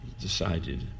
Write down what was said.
decided